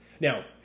Now